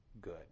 good